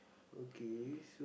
okay so